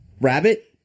rabbit